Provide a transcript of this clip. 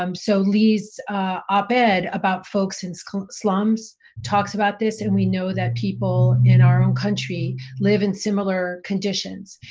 um so lee's ah op-ed about folks in slums talks about this, and we know that people in our own country live in similar conditions,